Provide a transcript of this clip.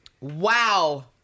Wow